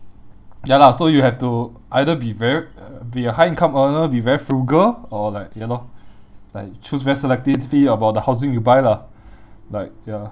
ya lah so you have to either be very uh be a high income earner be very frugal or like ya lor like choose very selectively about the housing you buy lah like ya